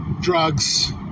drugs